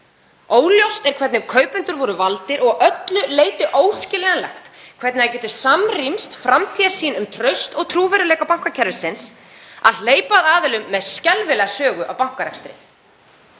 Óljóst er hvernig kaupendur voru valdir og að öllu leyti óskiljanlegt hvernig það getur samrýmst framtíðarsýn um traust og trúverðugleika bankakerfisins að hleypa að aðilum með skelfilega sögu af bankarekstri.